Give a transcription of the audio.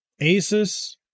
Asus